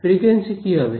frequency কি হবে